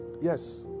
Yes